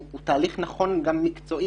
הוא תהליך נכון גם מקצועית.